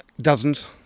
dozens